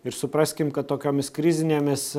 ir supraskim kad tokiomis krizinėmis